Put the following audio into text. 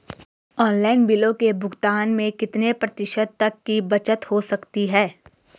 Online बिलों के भुगतान में कितने प्रतिशत तक की बचत हो सकती है?